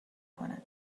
کنند